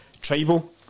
tribal